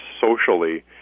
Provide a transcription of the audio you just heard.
socially